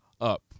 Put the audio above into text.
up